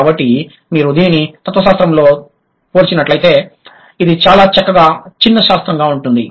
కాబట్టి మీరు దీనిని తత్వశాస్త్రంతో పోల్చినట్లైతే ఇది చాలా చక్కగా చిన్న శాస్త్రంగా ఉంటుంది